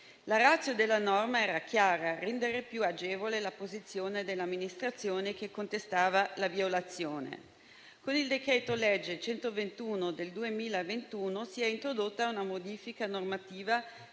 La *ratio* della norma era chiara: rendere più agevole la posizione dell'amministrazione che contestava la violazione. Con il decreto-legge n. 121 del 2021 si è introdotta una modifica normativa